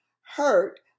hurt